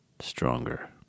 Stronger